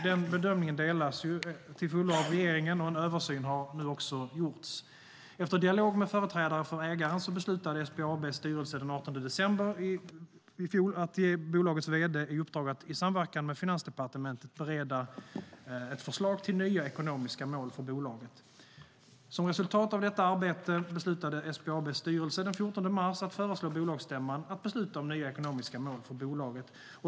Den bedömningen delas till fullo av regeringen. En översyn har nu också gjorts. Efter dialog med företrädare för ägaren beslutade SBAB:s styrelse den 18 december i fjol att ge bolagets vd i uppdrag att i samverkan med Finansdepartementet bereda ett förslag till nya ekonomiska mål för bolaget. Som resultat av detta arbete beslutade SBAB:s styrelse den 14 mars att föreslå bolagsstämman att besluta om nya ekonomiska mål för bolaget.